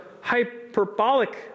hyperbolic